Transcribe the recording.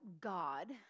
God